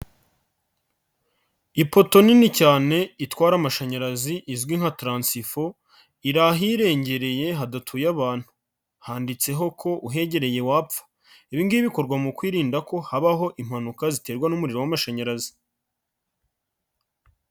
Ipoto nini cyane itwara amashanyarazi izwi nka taransifo iri hirengereye hadatuye abantu handitseho ko uhegereye wapfa. ibi ngibi bikorwa mu kwirinda ko habaho impanuka ziterwa n'umuriro w'amashanyarazi.